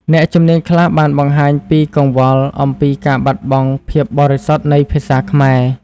អ្នកជំនាញខ្លះបានបង្ហាញពីកង្វល់អំពីការបាត់បង់ភាពបរិសុទ្ធនៃភាសាខ្មែរ។